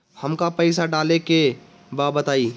हमका पइसा डाले के बा बताई